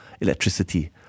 electricity